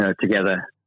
together